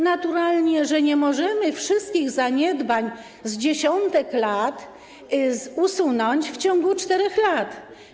Naturalnie, że nie możemy wszystkich zaniedbań z dziesiątków lat usunąć w ciągu 4 lat.